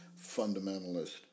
fundamentalist